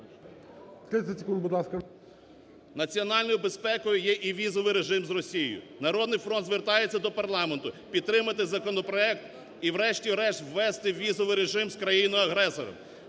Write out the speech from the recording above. Національною безпекою є і візовий режим з Росією. "Народний фронт" звертається до парламенту, підтримати законопроект і, врешті-решт, ввести візовий режим з країною-агресором.